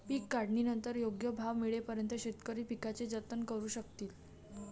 पीक काढणीनंतर योग्य भाव मिळेपर्यंत शेतकरी पिकाचे जतन करू शकतील